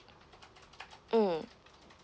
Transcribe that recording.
mm